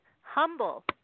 humble